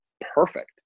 perfect